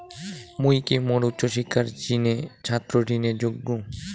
মুই কি মোর উচ্চ শিক্ষার জিনে ছাত্র ঋণের যোগ্য?